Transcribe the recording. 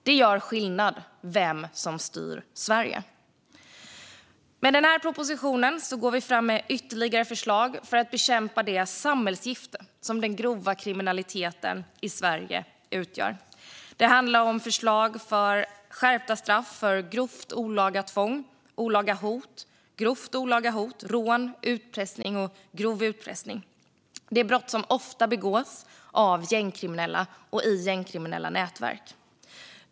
Det gör skillnad vem som styr Sverige. Med den här propositionen går vi fram med ytterligare förslag för att bekämpa det samhällsgift som den grova kriminaliteten i Sverige utgör. Det handlar om förslag om skärpta straff för grovt olaga tvång, olaga hot, grovt olaga hot, rån, utpressning och grov utpressning. Det är brott som ofta begås av gängkriminella och i gängkriminella nätverk.